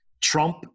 Trump